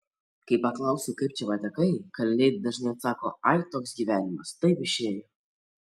kai paklausiu kaip čia patekai kaliniai dažnai atsako ai toks gyvenimas taip išėjo